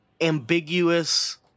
ambiguous